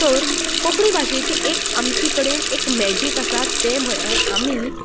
तर कोंकणी भाशेचें एक आमचें कडेन एक मॅजीक आसा तें म्हणल्यार आमी